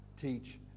teach